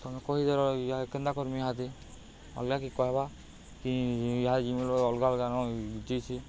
ତମେ କହିଦେଲ କେନ୍ତା କରମି ଏହାତି ଅଲଗା କି କହିବା କି ଏହା ଯିମି ଅଲଗା ଅଲଗାାନ ଯିଛି